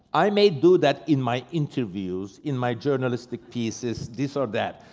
i may do that in my interviews, in my journalistic pieces, this or that,